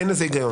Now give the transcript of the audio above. אין לזה היגיון.